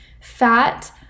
Fat